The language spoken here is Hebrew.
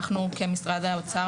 אנחנו כמשרד האוצר,